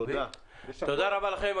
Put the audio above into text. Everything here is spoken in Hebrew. תודה רבה לכם.